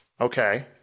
Okay